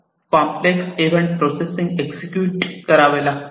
complex event processing execute करावे लागतात